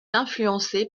influencée